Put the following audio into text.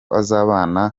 azabana